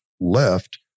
left